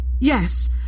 Yes